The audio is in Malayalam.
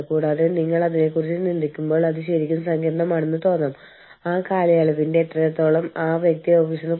അതിനാൽ ഈ കാര്യങ്ങൾ കണ്ടെത്താനും അതിനനുസരിച്ച് പ്രവർത്തിക്കാനുമുള്ള ബാധ്യതയും ഉത്തരവാദിത്തവും ഹ്യൂമൻ റിസോഴ്സ് മാനേജർക്കാണ്